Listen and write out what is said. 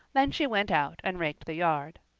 then she went out and raked the yard.